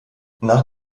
nach